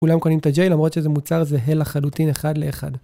אולם קונים את הג'יי למרות שזה מוצר זהה לחלוטין אחד לאחד.